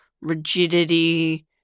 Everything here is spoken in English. rigidity